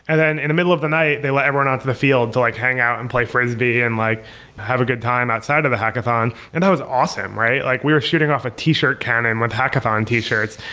and then in the middle of the night, they let everyone out to the field to like hang out and play frisbee and like have a good time outside of the hackathon. and that was awesome, right? like we were shooting off a t-shirt cannon with hackathon t-shirts.